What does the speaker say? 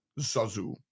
Zazu